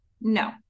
No